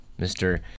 Mr